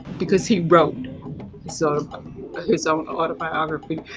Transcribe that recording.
because he wrote so his own autobiography.